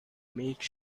make